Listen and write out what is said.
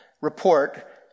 report